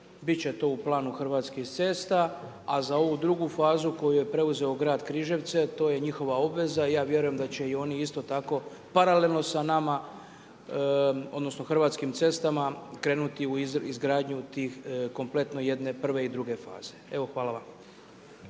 će to u planu Hrvatskih cesta, a za ovu drugu fazu koju je preuzeo grad Križevce, to je njihova obveza, ja vjerujem da će i oni isto tako paralelno sa nama, odnosno Hrvatskim cestama krenuti u izgradnju tih kompletno jedne prve i druge faze. Evo hvala vam.